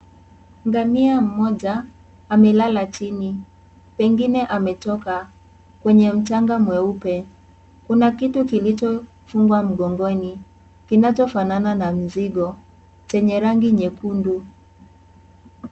Ngamia mmoja amelala chini pengine amechoka kwenye mchanga mweupe kuna kitu kilichofungwa mgongoni kinacho fanana na mzigo chenye rangi nyekundu.